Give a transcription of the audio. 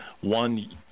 one